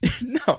no